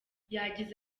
yagize